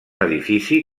edifici